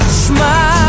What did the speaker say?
smile